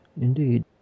Indeed